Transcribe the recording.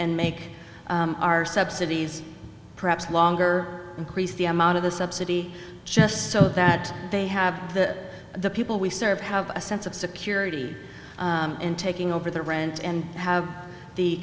and make our subsidies perhaps longer increase the amount of the subsidy just so that they have to the people we serve have a sense of security and taking over the rent and have the